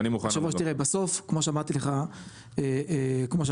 תראה בסוף כמו שאמרתי לך,